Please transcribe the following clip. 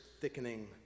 thickening